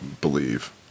believe